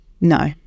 No